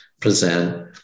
present